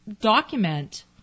document